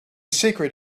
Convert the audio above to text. secret